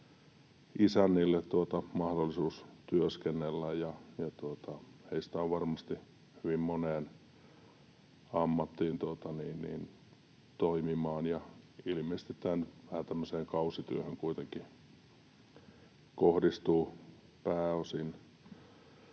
isännille mahdollisuus työskennellä. Heistä on varmasti hyvin moneen ammattiin toimimaan, ja ilmeisesti tämä nyt vähän tämmöiseen kausityöhön kuitenkin kohdistuu pääosin.